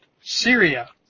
Syria